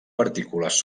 partícules